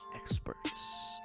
experts